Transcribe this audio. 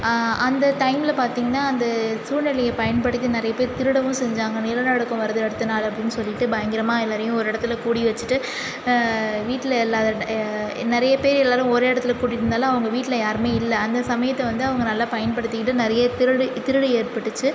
அந்த டைம்மில பார்த்தீங்கன்னா அந்த சூழ்நிலையப் பயன்படுத்தி நிறையப் பேர் திருடவும் செஞ்சாங்க நிலநடுக்கம் வருது அடுத்த நாள் அப்படின்னு சொல்லிவிட்டு பயங்கரமாக எல்லாரையும் ஒரு இடத்துல கூடி வச்சிகிட்டு வீட்டில் இல்லாத நிறையப் பேர் எல்லாரும் ஒரே இடத்துல கூடி இருந்தாலும் அவங்க வீட்டில் யாருமே இல்லை அந்த சமயத்தை வந்து அவங்க நல்லா பயன்படுத்திக்கிட்டு நிறைய திருடி திருடு ஏற்பட்டுச்சு